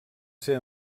ser